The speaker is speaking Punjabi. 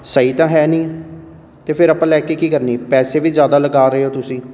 ਸਹੀ ਤਾਂ ਹੈ ਨਹੀਂ ਅਤੇ ਫਿਰ ਆਪਾਂ ਲੈ ਕੇ ਕੀ ਕਰਨੀ ਪੈਸੇ ਵੀ ਜ਼ਿਆਦਾ ਲਗਾ ਰਹੇ ਹੋ ਤੁਸੀਂ